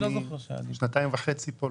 אני שנתיים וחצי פה.